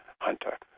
hunter